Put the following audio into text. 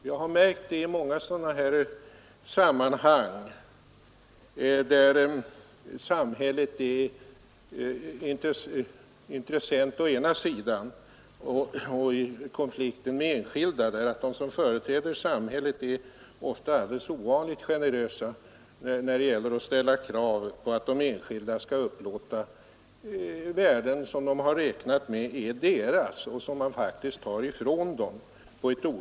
Jag har märkt i många sådana här sammanhang, där samhället är intressent i konflikt med de enskilda, att de som företräder samhället ofta är alldeles ovanligt generösa när det gäller att ställa krav på att de enskilda skall upplåta värden som de har räknat med är deras och som man faktiskt tar ifrån dem.